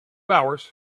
hours